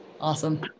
awesome